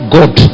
God